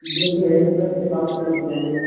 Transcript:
یہ تو ہے سر سے بات کرنی چاہیے